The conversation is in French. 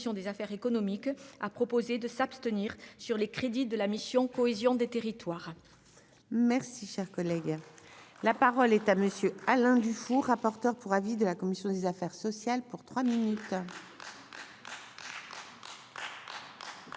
des affaires économiques, a proposé de s'abstenir sur les crédits de la mission cohésion des territoires. Merci, cher collègue, la parole est à monsieur Alain Dufour, rapporteur pour avis de la commission des affaires sociales pour 3 minutes.